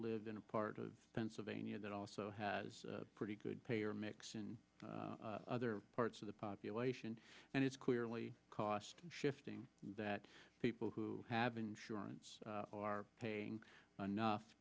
live in a part of pennsylvania that also has a pretty good payer mix and other parts of the population and it's clearly cost shifting that people who have insurance are paying enough